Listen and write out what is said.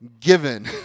given